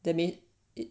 that made it